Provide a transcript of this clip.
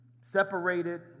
separated